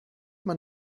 man